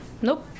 Nope